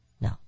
No